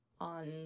on